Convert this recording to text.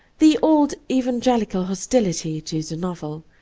the old evangelical hostility to the novel,